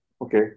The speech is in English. Okay